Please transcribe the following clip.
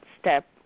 step